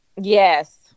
Yes